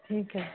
ਠੀਕ ਹੈ